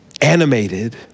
animated